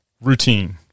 routine